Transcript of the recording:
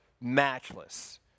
matchless